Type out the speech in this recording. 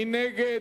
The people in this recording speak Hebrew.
מי נגד?